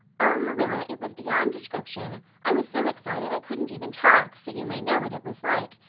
oh, marilla, it was beyond description. i was so excited i couldn't even talk, so you may know what it was like.